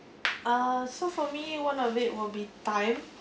uh so for me one of it will be time